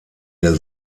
der